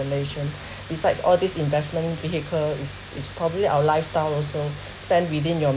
relation besides all this investment vehicle it's it's probably our lifestyle also spend within your